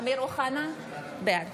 (קוראת בשמות חברי הכנסת) אמיר אוחנה, בעד